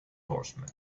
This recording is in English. horsemen